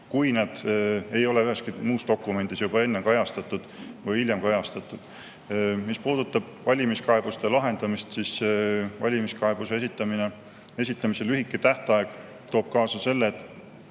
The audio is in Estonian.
kui need ei ole üheski muus dokumendis juba enne kajastatud või hiljem kajastatud. Mis puudutab valimiskaebuste lahendamist, siis valimiskaebuse esitamise lühike tähtaeg [eeldab seda], et